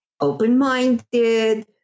open-minded